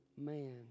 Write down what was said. man